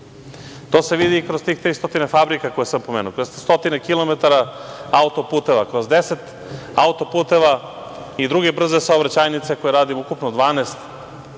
To se vidi i kroz tih 300 fabrika koje sam pomenuo, kroz stotine kilometara autoputeva, kroz 10 autoputeva i druge brze saobraćajnice koje radimo, ukupno 12.To